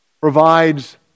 provides